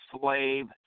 slave